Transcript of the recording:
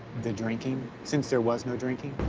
the drinking since there was no drinking?